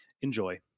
Enjoy